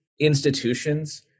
institutions